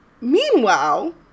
Meanwhile